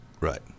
Right